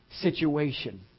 situation